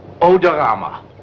Odorama